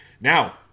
Now